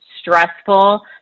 stressful